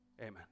Amen